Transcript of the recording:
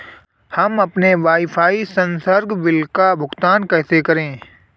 हम अपने वाईफाई संसर्ग बिल का भुगतान कैसे करें?